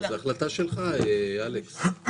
זה החלטה שלך, אלכס.